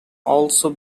also